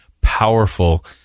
powerful